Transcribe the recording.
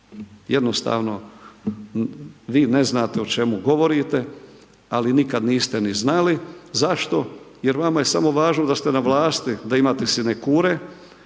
Jednostavno vi ne znate o čemu govorite, ali nikad niste ni znali. Zašto? Jer vama je samo važno da ste na vlasti, da imate sinekure